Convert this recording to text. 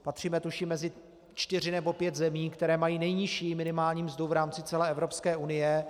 Patříme tuším mezi čtyři nebo pět zemí, které mají nejnižší minimální mzdu v rámci celé Evropské unie.